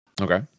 Okay